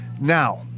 Now